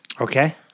Okay